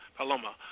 Paloma